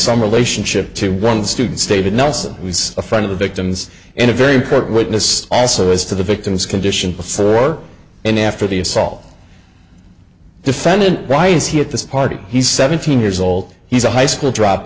some relationship to one student stated nelson was a friend of the victims and a very important witness also as to the victim's condition before and after the assault defendant why is he at this party he's seventeen years old he's a high school drop